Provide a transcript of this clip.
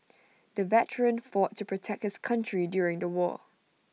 the veteran fought to protect his country during the war